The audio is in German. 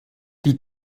die